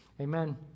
Amen